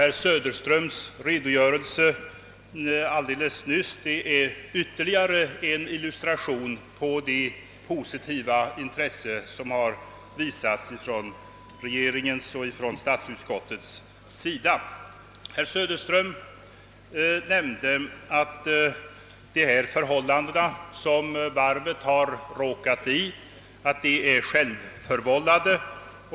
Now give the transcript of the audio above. Herr Söderströms redogörelse alldeles nyss ger ytterligare en illustration till det positiva intresse, som visats från regeringen och statsutskottet. Herr Söderström nämnde att de förhållanden varvet råkat in i är »självförvållade».